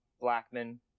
Blackman